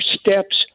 steps